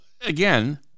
again